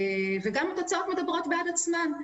התוצאות מדברות בעד עצמן,